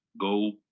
go